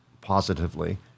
positively